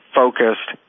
focused